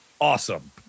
Awesome